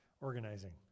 organizing